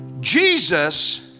Jesus